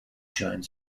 joint